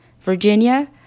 Virginia